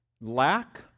Lack